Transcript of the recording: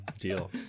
deal